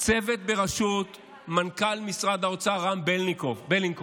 בראשות מנכ"ל משרד האוצר רם בלניקוב,